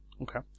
Okay